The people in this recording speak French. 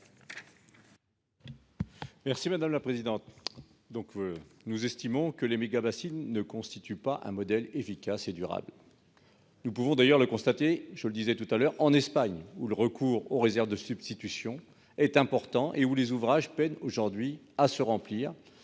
M. Daniel Salmon. Nous estimons que les mégabassines ne constituent pas un modèle efficace et durable. Nous pouvons d'ailleurs le constater, comme je le disais tout à l'heure, en Espagne, où le recours aux réserves de substitution est important et où les ouvrages peinent à se remplir